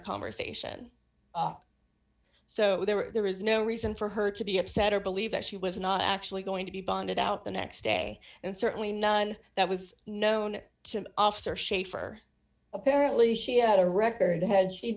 conversation so there is no reason for her to be upset or believe that she was not actually going to be bonded out the next day and certainly none that was known to officer schaefer apparently she had a record had she